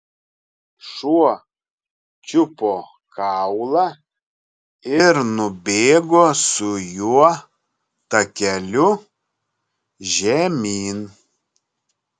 šuo čiupo kaulą ir nubėgo su juo takeliu žemyn